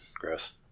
Gross